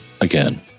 again